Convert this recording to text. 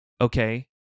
okay